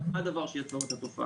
זה לא הדבר שיעצור את התופעה.